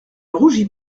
rougis